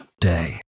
day